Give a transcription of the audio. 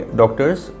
doctors